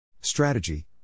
Strategy